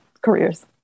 careers